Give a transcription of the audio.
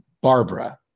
Barbara